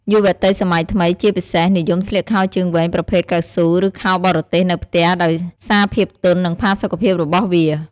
យុវតីសម័យថ្មី ជាពិសេស និយមស្លៀកខោជើងវែងប្រភេទកៅស៊ូ ឬខោបរទេសនៅផ្ទះដោយសារភាពទន់ និងផាសុកភាពរបស់វា។